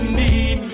need